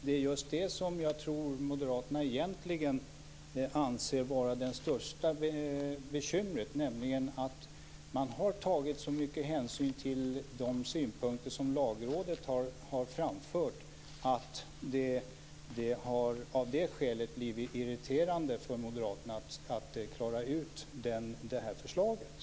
Det är just det som jag tror att Moderaterna egentligen anser vara det största bekymret, nämligen att man har tagit så mycket hänsyn till de synpunkter som Lagrådet har framfört att det av det skälet har blivit irriterande för Moderaterna att klara ut det här förslaget.